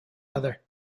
other